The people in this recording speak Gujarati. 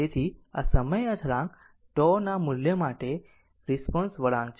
તેથી આ સમય અચળાંક τ ના વિવિધ મૂલ્યો માટે નો રિસ્પોન્સ વળાંક છે